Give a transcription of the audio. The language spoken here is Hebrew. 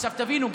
עכשיו תבינו,